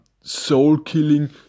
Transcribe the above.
soul-killing